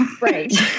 right